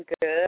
good